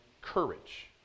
courage